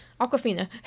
Aquafina